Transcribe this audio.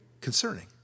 concerning